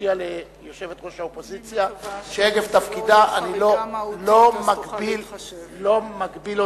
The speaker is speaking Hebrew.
מודיע ליושבת-ראש האופוזיציה שעקב תפקידה אני לא מגביל אותה,